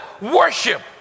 worship